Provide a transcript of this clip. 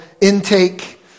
intake